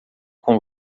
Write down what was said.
com